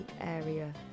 Area